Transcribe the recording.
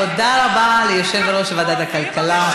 תודה רבה ליושב-ראש ועדת הכלכלה,